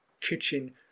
kitchen